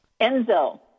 Enzo